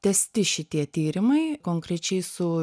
tęsti šitie tyrimai konkrečiai su